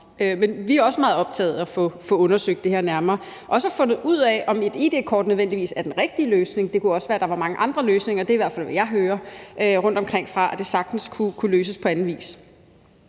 Vi er også meget optaget af at få undersøgt det her nærmere og også af at få fundet ud af, om et id-kort nødvendigvis er den rigtige løsning. Det kunne også være, der var mange andre løsninger; det er i hvert fald, hvad jeg hører rundtomkringfra, altså at det sagtens kunne løses på anden vis.